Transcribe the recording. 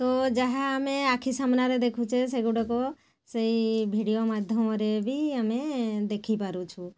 ତ ଯାହା ଆମେ ଆଖି ସାମ୍ନାରେ ଦେଖୁଛେ ସେଗୁଡ଼ିକ ସେଇ ଭିଡ଼ିଓ ମାଧ୍ୟମରେ ବି ଆମେ ଦେଖି ପାରୁଛୁ